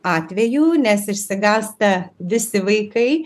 atvejų nes išsigąsta visi vaikai